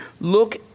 Look